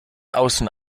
außen